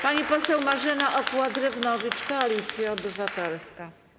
Pani poseł Marzena Okła-Drewnowicz, Koalicja Obywatelska.